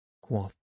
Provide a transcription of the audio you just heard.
quoth